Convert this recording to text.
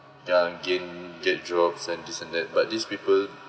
their gain get jobs and this and that but these people